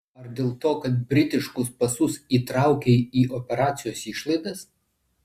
ar dėl to kad britiškus pasus įtraukei į operacijos išlaidas